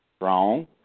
Wrong